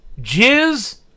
Jizz